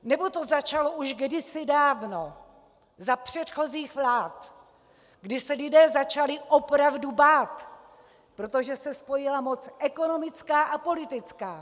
Nebo to začalo už kdysi dávno za předchozích vlád, kdy se lidé začali opravdu bát, protože se spojila moc ekonomická a politická?